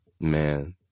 man